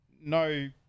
No